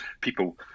people